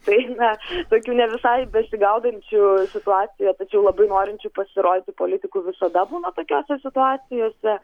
tai na tokių ne visai besigaudančių situacijoj tačiau labai norinčių pasirodyti politikų visada būna tokiose situacijose